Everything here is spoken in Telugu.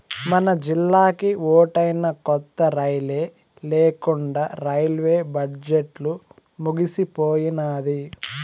మనజిల్లాకి ఓటైనా కొత్త రైలే లేకండా రైల్వే బడ్జెట్లు ముగిసిపోయినాది